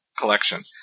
collection